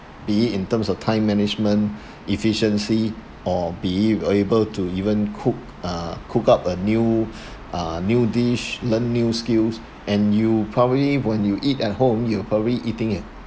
be it in terms of time management efficiency or be it able to even cook uh cook up a new uh new dish learn new skills and you probably when you eat at home you probably eating uh